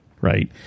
right